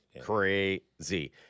crazy